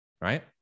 right